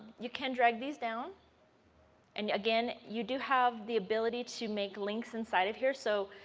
you can drag these down and again you do have the ability to make links inside of here so.